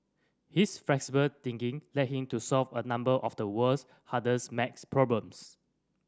his flexible thinking led him to solve a number of the world's hardest maths problems